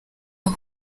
aho